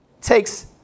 takes